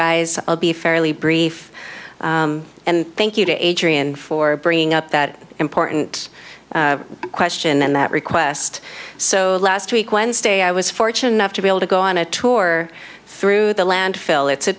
guys will be fairly brief and thank you to adrian for bringing up that important question and that request so last week wednesday i was fortunate enough to be able to go on a tour through the landfill it's a